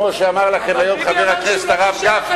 כמו שאמר לכם היום חבר הכנסת הרב גפני,